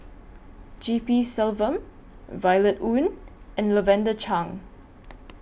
G P Selvam Violet Oon and Lavender Chang